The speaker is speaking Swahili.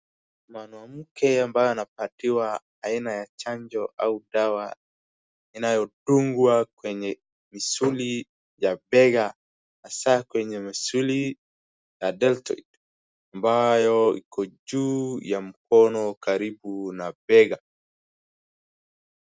Mwanamke ambaye anapatiwa aina ya chanjo au dawa inayodungwa kwenye misuli ya bega, hasa kwenye misuli ya deltoid ambayo iko juu ya mkono karibu na bega.